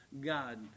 God